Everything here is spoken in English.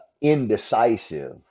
indecisive